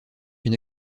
une